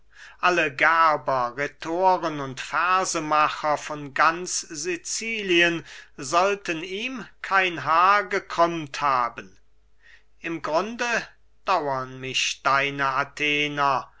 alle gerber rhetoren und versemacher von ganz sicilien sollten ihm kein haar gekrümmt haben im grunde dauren mich deine athener